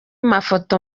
mafoto